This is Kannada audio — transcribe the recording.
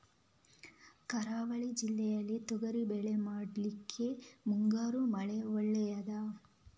ಕರಾವಳಿ ಜಿಲ್ಲೆಯಲ್ಲಿ ತೊಗರಿಬೇಳೆ ಮಾಡ್ಲಿಕ್ಕೆ ಮುಂಗಾರು ಮಳೆ ಒಳ್ಳೆಯದ?